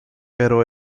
pero